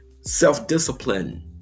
Self-discipline